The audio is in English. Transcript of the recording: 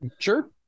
Sure